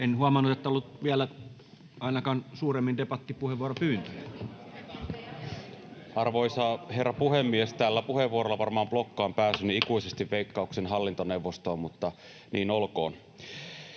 En huomannut, että olisi vielä ainakaan suuremmin debattipuheenvuoropyyntöjä. Arvoisa herra puhemies! Tällä puheenvuorolla varmaan blokkaan ikuisesti pääsyni Veikkauksen hallintoneuvostoon, mutta niin olkoon.